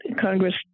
Congress